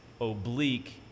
oblique